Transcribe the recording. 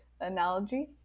analogy